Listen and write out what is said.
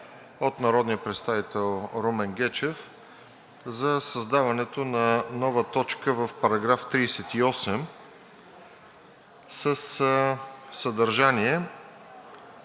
от народния представител Румен Гечев за създаването на нова точка в § 38 със съдържание: